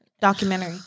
Documentary